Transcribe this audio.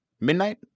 Midnight